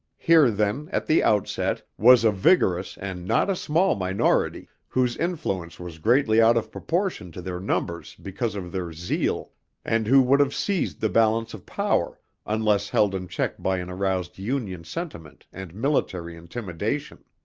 here then, at the outset, was a vigorous and not a small minority, whose influence was greatly out of proportion to their numbers because of their zeal and who would have seized the balance of power unless held in check by an aroused union sentiment and military intimidation.